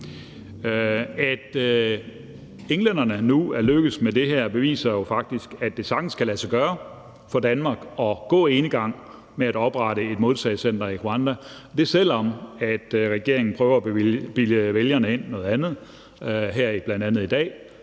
At englænderne nu er lykkedes med det her, beviser jo faktisk, at det sagtens kan lade sig gøre for Danmark at gå enegang med at oprette et modtagecenter i Rwanda. Det, selv om regeringen prøver at bilde vælgerne noget andet ind, bl.a. her i dag.